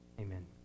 Amen